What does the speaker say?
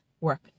work